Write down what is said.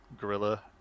gorilla